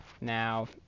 Now